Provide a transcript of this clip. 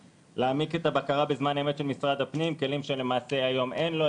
להעמיק את הבקרה בזמן אמת של משרד הפנים כלים שלמעשה היום אין לו.